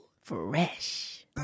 Fresh